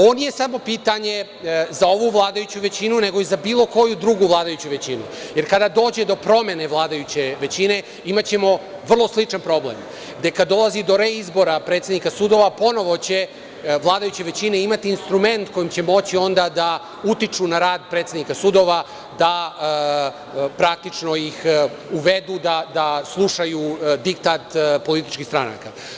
Ovo nije samo pitanje za ovu vladajuću većinu, nego i za bilo koju drugu vladajuću većinu, jer kada dođe do promene vladajuće većine imaćemo vrlo sličan problem, da kada dođe do reizbora predsednika predsednika sudova ponovo će vladajuća većina imati instrument kojim će moći onda da utiču na rad predsednika sudova, da praktično, ih uvedu da slušaju diktat političkih stranaka.